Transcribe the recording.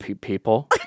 people